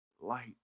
light